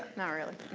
not really.